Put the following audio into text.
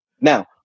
Now